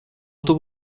tuvo